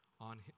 on